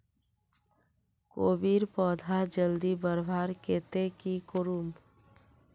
कोबीर पौधा जल्दी बढ़वार केते की करूम?